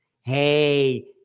Hey